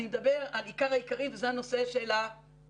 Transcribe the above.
אני מדבר על עיקר העיקרי וזה הנושא של האבטלה.